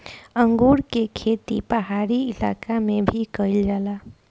अंगूर के खेती पहाड़ी इलाका में भी कईल जाला